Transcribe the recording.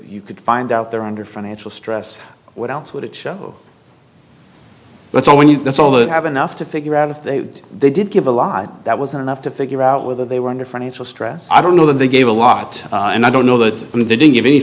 you could find out there under financial stress what else would it show that's all we need that's all that have enough to figure out they did give a lot that wasn't enough to figure out whether they were under financial stress i don't know that they gave a lot and i don't know that and they didn't give any